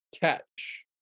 Catch